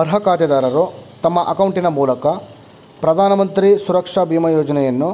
ಅರ್ಹ ಖಾತೆದಾರರು ತಮ್ಮ ಅಕೌಂಟಿನ ಮೂಲಕ ಪ್ರಧಾನಮಂತ್ರಿ ಸುರಕ್ಷಾ ಬೀಮಾ ಯೋಜ್ನಯನ್ನು